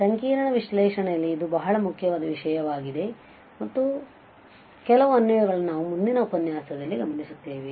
ಸಂಕೀರ್ಣ ವಿಶ್ಲೇಷಣೆಯಲ್ಲಿ ಇದು ಬಹಳ ಮುಖ್ಯವಾದ ವಿಷಯವಾಗಿದೆ ಮತ್ತು ಕೆಲವು ಅನ್ವಯಗಳನ್ನು ನಾವು ಮುಂದಿನ ಉಪನ್ಯಾಸದಲ್ಲಿ ಗಮನಿಸುತ್ತೇವೆ